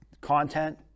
content